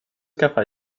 skaffa